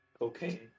Okay